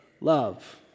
love